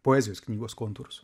poezijos knygos kontūrus